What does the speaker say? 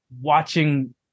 Watching